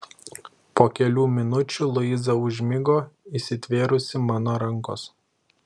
po kelių minučių luiza užmigo įsitvėrusi mano rankos